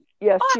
Yes